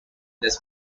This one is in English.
this